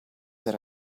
that